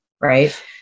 right